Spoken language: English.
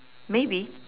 maybe